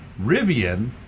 Rivian